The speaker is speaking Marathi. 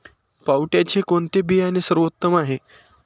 पावट्याचे कोणते बियाणे सर्वोत्तम आहे?